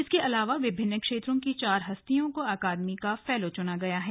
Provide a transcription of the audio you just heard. इसके अलावा विभिन्न क्षेत्रों की चार हस्तियों को अकादमी का फैलो चुना गया है